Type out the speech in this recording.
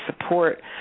support